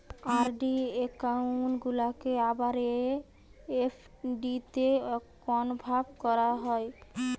RD account গুলাকে আবার এফ.ডিতে কনভার্ট করা যায়